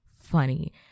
funny